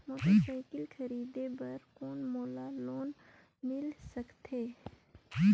Motorcycle खरीदे बर कौन मोला लोन मिल सकथे?